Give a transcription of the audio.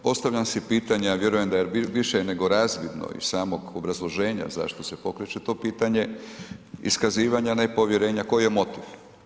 Postavljam si pitanja, vjerujem da je više nego razvidno iz samog obrazloženja zašto se pokreće to pitanje, iskazivanja nepovjerenja, koji je motiv?